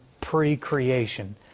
pre-creation